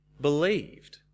believed